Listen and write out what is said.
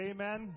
Amen